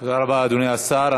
תודה רבה, אדוני השר.